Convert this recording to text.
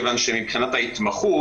אז מבחינת ההתמחות,